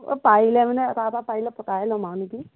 অ' পাৰিলে মানে এটা এটা পাৰিলে পটায়ে ল'ম আৰু নেকি